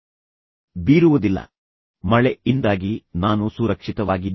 ಈಗ ಮಗ ಸ್ವಲ್ಪ ವಿಧೇಯನಾಗಿರುವುದರಿಂದ ಅಳಲು ಪ್ರಾರಂಭಿಸುತ್ತಾನೆ